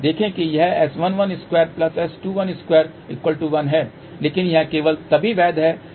देखें कि यह S112S2121है लेकिन यह केवल तभी वैध है जब Z लॉसलेस है